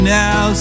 now